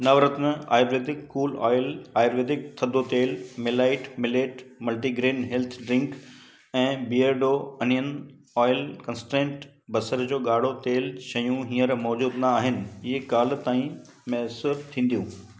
नवरत्न ayurvedic cool oil ayurvedic थदो तेल मेलाइट मिलेट मल्टीग्रैन हैल्थ ड्रिंक ऐं बीयरडो अनियन ऑइल कंस्ट्रेंट बसर जो ॻाढ़ो तेल शयूं हींअर मौजूदु न आहिनि इहे कल्ह ताईं मुयसरु थींदियूं